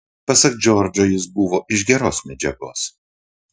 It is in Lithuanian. pasak džordžo jis buvo iš geros medžiagos